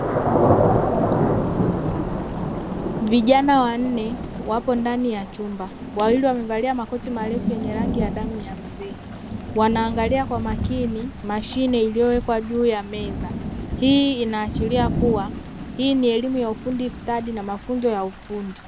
Vijana wanne wako ndani ya chumba wawili wamevalia makoti marefu yenye rangi ya damu ya mzee wanaangalia kwa makini mashine iliyowekwa juu ya meza, hii inaashiria kuwa hii ni elimu ya ufundi stadi na mafunzo ya ufundi.